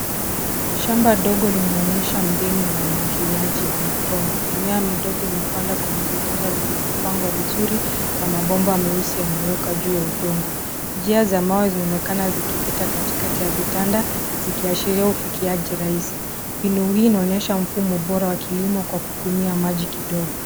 Shamba dogo linaonyesha mbinu ya umwagiliaji wa matone. Mimea midogo imepanda kwenye vitanda vilivyopangwa vizuri, na mabomba meusi yamewekwa juu ya udongo. Njia za mawe zinaonekana zikipita katikati ya vitanda, zikiashiria ufikiaji rahisi. Mbinu hii inaonyesha mfumo bora wa kilimo kwa kutumia maji kidogo.